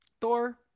thor